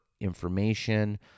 information